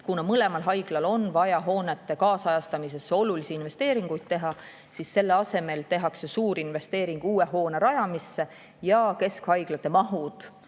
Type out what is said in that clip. Kuna mõlemal haiglal on vaja teha hoonete kaasajastamisse olulisi investeeringuid, tehakse selle asemel suur investeering uue hoone rajamisse ja keskhaiglate mahud